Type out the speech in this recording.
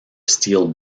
steel